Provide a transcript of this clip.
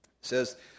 says